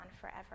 forever